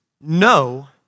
no